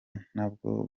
ntabwo